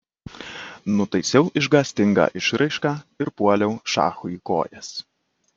nutaisiau išgąstingą išraišką ir puoliau šachui į kojas